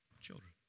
Children